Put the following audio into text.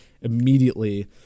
immediately